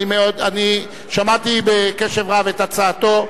שמעתי בקשב רב את הצעתו.